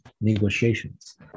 negotiations